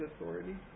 authority